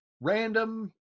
random